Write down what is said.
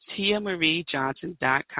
TiamarieJohnson.com